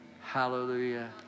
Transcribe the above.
Hallelujah